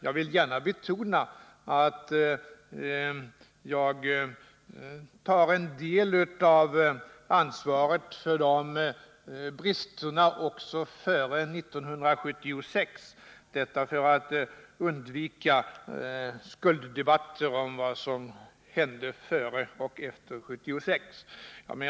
Jag vill gärna betona att jag tar en del av ansvaret för de bristerna också före 1976 — detta för att undvika skulddebatter om vad som hände före och efter 1976.